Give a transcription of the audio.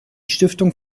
stiftung